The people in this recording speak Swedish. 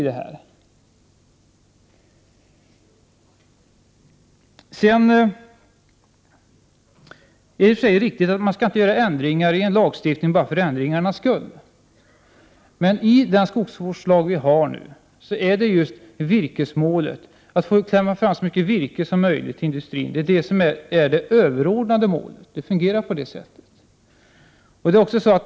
Naturligtvis är det riktigt att man inte skall göra ändringar i en lagstiftning bara för ändringarnas skull. Men enligt den nuvarande skogsvårdslagen är det överordnade målet att få fram så mycket virke som möjligt till industrin. Lagen fungerar på det sättet.